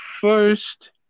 first